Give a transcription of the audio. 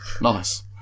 Nice